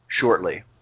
shortly